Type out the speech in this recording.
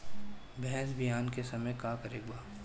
भैंस ब्यान के समय का करेके बा?